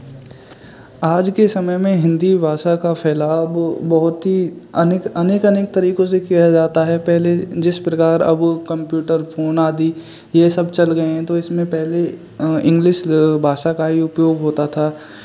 आज के समय में हिन्दी भाषा का फैलाव बहुत ही अनेक अनेक अनेक तरीके से किया जाता है पहले जिस प्रकार अब कंप्यूटर फोन आदि ये सब चल गए हैं तो इसमें पहले इंग्लिश लेव भाषा का ही उपयोग होता था